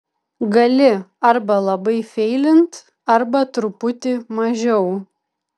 gali arba labai feilint arba truputį mažiau